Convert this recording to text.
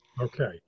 Okay